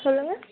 சொல்லுங்கள்